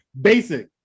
basic